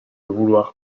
vouloir